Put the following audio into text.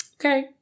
Okay